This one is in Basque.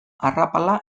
arrapala